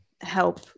help